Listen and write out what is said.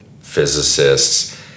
physicists